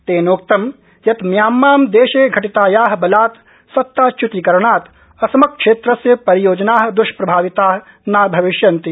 तेनोक्तं यत् म्यामां देशे घटिताया बलात् सत्ताच्य्तिकरणात् असमक्षेत्रस्य परियोजना दृष्प्रभाविता न भविष्यन्ति